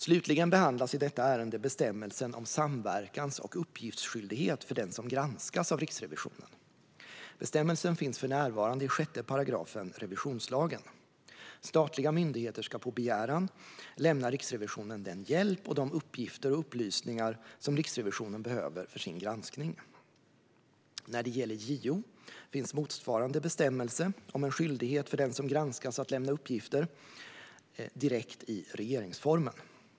Slutligen behandlas i detta ärende bestämmelsen om samverkans och uppgiftsskyldighet för den som granskas av Riksrevisionen. Bestämmelsen finns för närvarande i 6 § revisionslagen. Statliga myndigheter ska på begäran lämna Riksrevisionen den hjälp och de uppgifter och upplysningar som Riksrevisionen behöver för sin granskning. När det gäller JO finns motsvarande bestämmelse om en skyldighet för den som granskas att lämna uppgifter direkt i regeringsformen.